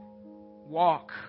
walk